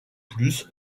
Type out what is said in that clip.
plus